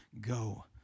go